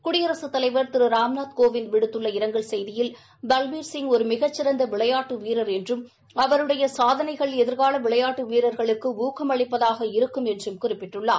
குடியரசுத் தலைவர் திரு ராம்நாத் கோவிந்த் விடுத்துள்ள இரங்கல் செய்தியில் பல்பீல்சிங் ஒரு மிகச்சிறந்த விளையாட்டு வீரர் என்றும் அவருடைய சாதனைகள் எதிர்கால விளையாட்டு வீரர்களுக்கு ஊக்கம் அளிப்பதாக இருக்கும் என்றும் குறிப்பிட்டுள்ளார்